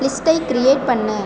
லிஸ்ட்டை க்ரியேட் பண்ணு